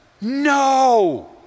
No